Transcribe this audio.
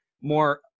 more